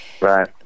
Right